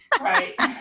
Right